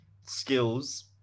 skills